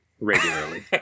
regularly